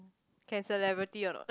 can celebrity or not